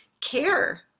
care